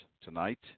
tonight